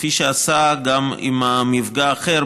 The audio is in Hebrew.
כפי שעשה גם עם המפגע האחר,